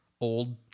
old